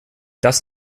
das